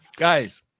Guys